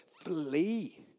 Flee